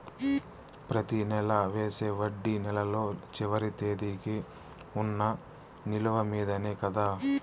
ప్రతి నెల వేసే వడ్డీ నెలలో చివరి తేదీకి వున్న నిలువ మీదనే కదా?